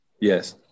Yes